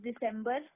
December